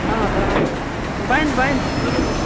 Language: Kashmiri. آ آ بَنہِ بَنہِ ضروٗر